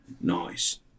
Nice